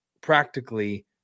practically